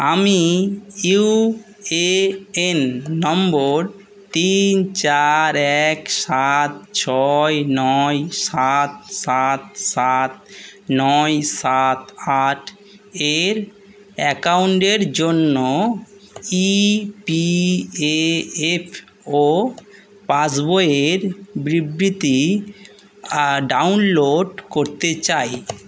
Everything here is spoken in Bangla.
আমি ইউএএন নম্বর তিন চার এক সাত ছয় নয় সাত সাত সাত নয় সাত আট এর অ্যাকাউন্ডের জন্য ইপিএএফও পাসবইয়ের বিবৃতি ডাউনলোড করতে চাই